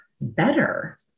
better